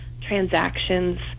transactions